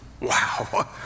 Wow